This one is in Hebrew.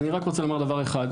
זהו, אני רק רוצה לומר דבר אחד.